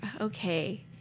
okay